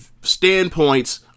standpoints